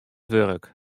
wurk